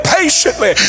patiently